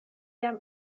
jam